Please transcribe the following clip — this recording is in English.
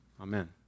Amen